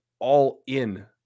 all-in